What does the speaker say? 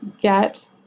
get